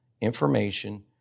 information